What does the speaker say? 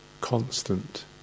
constant